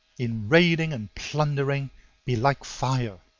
in raiding and plundering be like fire,